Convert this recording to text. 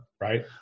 right